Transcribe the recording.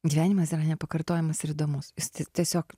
gyvenimas yra nepakartojamas ir įdomus jis tiesiog